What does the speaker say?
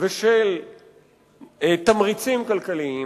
ושל תמריצים כלכליים,